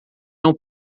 não